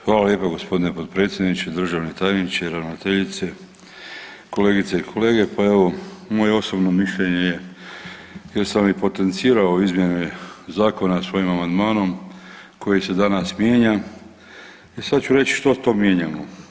Hvala lijepa gospodine potpredsjedniče, državni tajniče, ravnateljice, kolegice i kolege, pa evo moje osobno mišljenje jer sam i potencirao izmjene zakona svojim amandmanom koji se danas mijenja i sad ću reći što to mijenjamo.